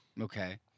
Okay